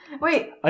Wait